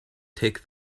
take